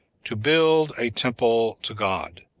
to build a temple to god,